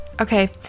Okay